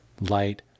light